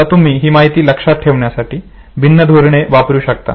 आता तुम्ही ही माहिती लक्षात ठेवण्यासाठी भिन्न धोरणे वापरू शकता